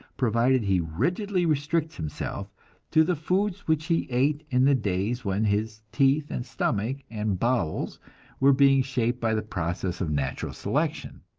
provided he rigidly restricts himself to the foods which he ate in the days when his teeth and stomach and bowels were being shaped by the process of natural selection.